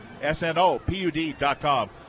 SNOPUD.com